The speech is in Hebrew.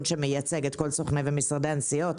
שמייצג את כל סוכני ומשרדי הנסיעות.